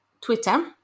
Twitter